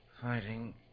Fighting